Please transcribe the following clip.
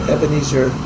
Ebenezer